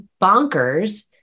bonkers